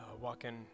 walking